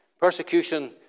Persecution